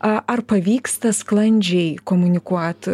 ar pavyksta sklandžiai komunikuot